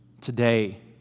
Today